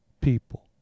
people